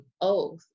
oath